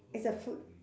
it's a food